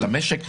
של המשק,